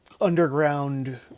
underground